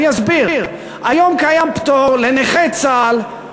היום קיים פטור לנכי צה"ל, ולחיילים,